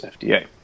FDA